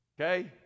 Okay